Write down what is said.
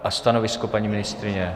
A stanovisko, paní ministryně?